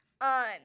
on